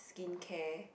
skincare